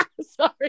Sorry